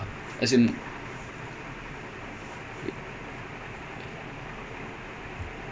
and also it should be like when the referee is unsure ah இருக்கும்போது தான்:irukumpodhu dhaan then he should go check he shouldn't let him go check